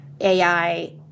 AI